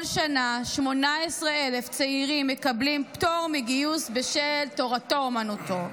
כל שנה 18,000 צעירים מקבלים פטור מגיוס בשל תורתו אומנותו,